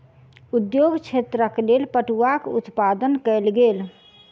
उद्योग क्षेत्रक लेल पटुआक उत्पादन कयल गेल